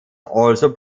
also